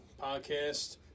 podcast